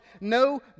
no